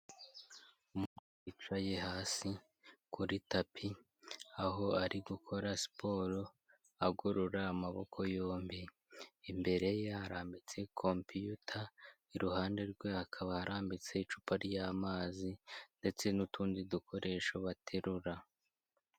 Umuntu wicaye hasi kuri tapi, aho ari gukora siporo agorora amaboko yombi, imbere ye harambitse kompiyuta, iruhande rwe hakaba harambitse icupa ry’amazi ndetse n'utundi dukoresho baterura.